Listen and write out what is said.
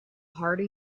harder